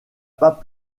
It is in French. pas